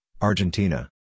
Argentina